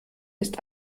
ist